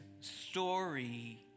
story